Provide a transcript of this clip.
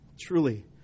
Truly